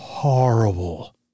horrible